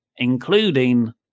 including